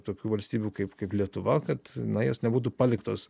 tokių valstybių kaip kaip lietuva kad na jos nebūtų paliktos